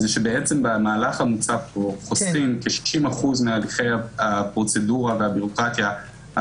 שבמהלך המוצע פה חוסכים כ-60% מהליכי הפרוצדורה והבירוקרטיה.